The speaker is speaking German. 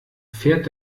fährt